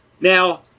Now